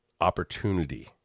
opportunity